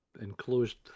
enclosed